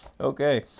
Okay